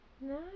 No